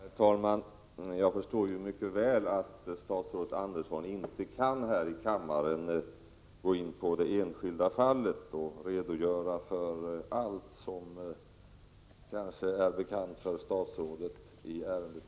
Herr talman! Jag förstår mycket väl att statsrådet Andersson inte här i kammaren kan gå in på det enskilda fallet och redogöra för allt som är bekant för statsrådet i ärendet.